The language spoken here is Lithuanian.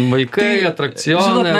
vaikai atrakcionai